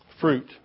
fruit